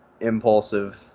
impulsive